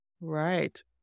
right